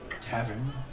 tavern